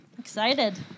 excited